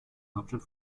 hauptstadt